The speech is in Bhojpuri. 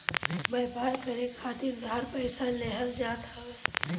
व्यापार करे खातिर उधार पईसा लेहल जात हवे